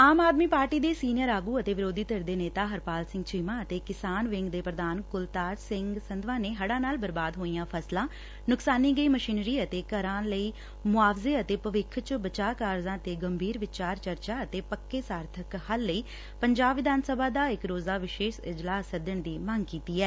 ਆਮ Aadmi party ਦੇ senior ਆਗੁ ਅਤੇ ਵਿਰੋਧੀ ਧਿਰ ਦੇ ਨੇਤਾ ਹਰਪਾਲ ਸਿੰਘ ਚੀਮਾ ਅਤੇ ਕਿਸਾਨ ਵਿੰਗ ਦੇ ਪ੍ਰਧਾਨ ਕੁਲਤਾਰ ਸਿੰਘ ਸੰਧਵਾਂ ਨੈ ਹਤਾਂ ਨਾਲ ਬਰਬਾਦ ਹੋਈਆਂ ਫਸਲਾਂ ਨੁਕਸਾਨੀ ਗਈ ਮਸ਼ਿਨਰੀ ਅਤੇ ਘਰਾ ਲਈ ਮੁਆਵਜ਼ੇ ਅਤੇ ਭਵਿੱਖ ਚ ਬਚਾਅ ਕਾਰਜਾਂ ਤੇ ਗੰਭੀਰ ਵਿਚਾਰ ਚਰਚਾ ਅਤੇ ਪੱਕੇ ਸਾਰਥਕ ਹੱਲ ਲਈ ਪੰਜਾਬ ਵਿਧਾਨ ਸਭਾ ਦਾ ਇਕ ਰੋਜ਼ਾ ਵਿਸ਼ੇਸ਼ ਇਜਲਾਸ ਸੱਦਣ ਦੀ ਮੰਗ ਕੀਤੀ ਐ